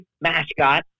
mascot